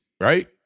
right